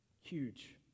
Huge